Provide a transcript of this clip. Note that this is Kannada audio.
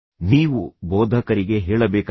ನೀವು ಬೋಧಕರಿಗೆ ಹೇಳಬೇಕಾಗಿತ್ತು